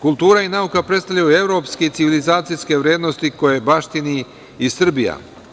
Kultura i nauka predstavljaju evropske i civilizacijske vrednosti koje baštini i Srbija.